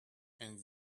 and